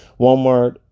Walmart